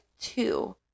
two